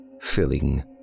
filling